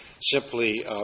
simply